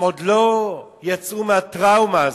הם עוד לא יצאו מהטראומה הזאת.